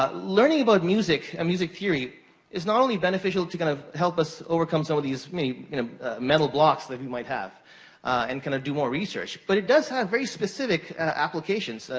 ah learning about music and music theory is not only beneficial to kind of help us overcome some of these you know metal blocks that we might have and kinda do more research, but it does have very specific and applications,